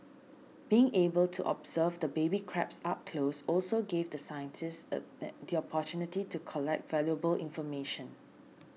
being able to observe the baby crabs up close also gave the scientists the opportunity to collect valuable information